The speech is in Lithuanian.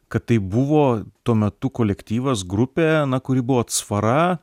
kad tai buvo tuo metu kolektyvas grupė kuri buvo atsvara